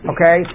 Okay